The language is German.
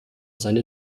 seine